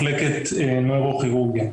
מחלקת נוירוכירורגיה.